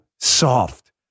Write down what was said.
soft